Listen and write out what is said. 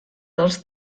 dels